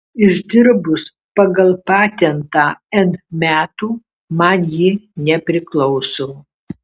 išdirbus pagal patentą n metų man ji nepriklauso